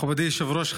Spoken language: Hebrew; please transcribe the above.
מכובדי היושב-ראש,